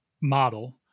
model